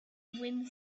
wind